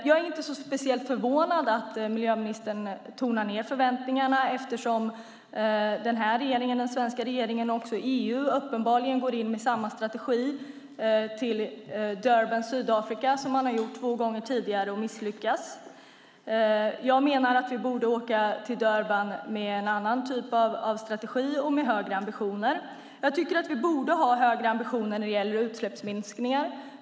Jag är inte speciellt förvånad över att miljöministern tonar ned förväntningarna, eftersom den svenska regeringen och också EU uppenbarligen går in med samma strategi till mötet i Durban, Sydafrika som man har gjort två gånger tidigare och misslyckats. Jag menar att vi borde åka till Durban med en annan typ av strategi och med högre ambitioner. Jag tycker att vi borde ha högre ambitioner när det gäller utsläppsminskningar.